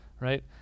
right